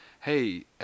hey